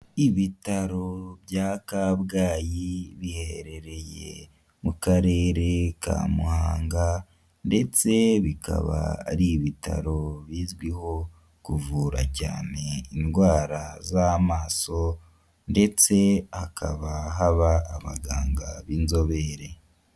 Ibitaro bya kabgayi biherereye mu karere ka muhanga ndetse bikaba ari ibitaro bizwiho kuvura cyane indwara z'amaso ndetse hakaba haba abaganga b'inzobere.